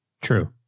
true